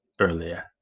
earlier